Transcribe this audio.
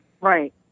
Right